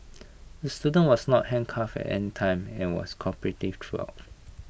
the student was not handcuffed any time and was cooperative throughout